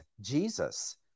Jesus